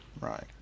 Right